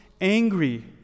angry